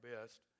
best